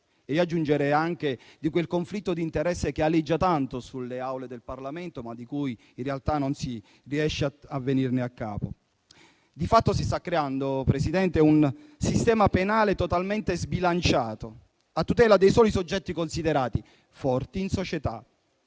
e, aggiungerei, di quel conflitto di interessi che aleggia tanto sulle Aule del Parlamento, ma da cui in realtà non si riesce a venire a capo. Di fatto si sta creando, Presidente, un sistema penale totalmente sbilanciato, a tutela dei soli soggetti considerati forti in società,